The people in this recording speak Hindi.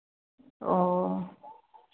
ओ